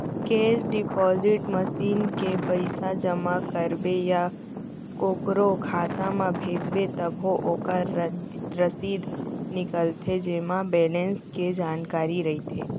cash deposit machine ले पइसा जमा करबे या कोकरो खाता म भेजबे तभो ओकर रसीद निकलथे जेमा बेलेंस के जानकारी रइथे